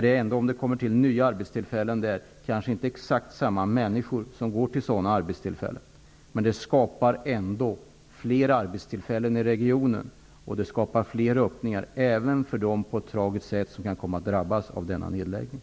Det kommer till nya arbetstillfällen där, men det är kanske inte exakt samma människor som nu blir arbetslösa som går till sådana arbeten. Men det skapar ändå fler arbetstillfällen i regionen, och det skapar fler öppningar även för dem som på ett tragiskt sätt kan komma att drabbas av denna nedläggning.